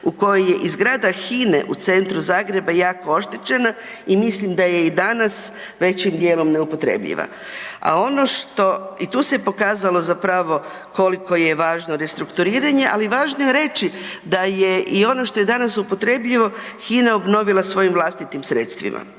u koji je i zgrada Hine u centru Zagreba jako oštećena i mislim da je i danas većim dijelom neupotrebljiva. A ono što, i tu se je pokazalo zapravo koliko je važno restrukturiranje, ali važno je reći da je i ono što je danas upotrebljivo, Hina obnovila svojim vlastitim sredstvima